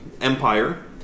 Empire